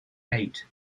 eight